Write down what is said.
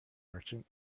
merchant